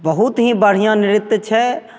बहुत ही बढ़िआँ नृत्य छै